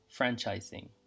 franchising